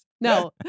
No